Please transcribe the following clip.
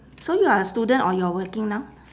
so you're a student or you're working now